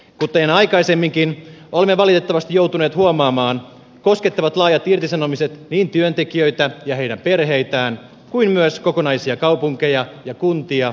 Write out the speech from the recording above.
kuten aikaisemminkin olemme valitettavasti joutuneet huomaamaan koskettavat laajat irtisanomiset niin työntekijöitä ja heidän perheitään kuin myös kokonaisia kaupunkeja ja kuntia ja yhteisöjä